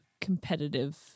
competitive